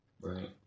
Right